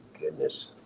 goodness